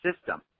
system